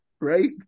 right